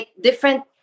different